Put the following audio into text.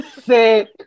sick